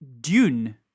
Dune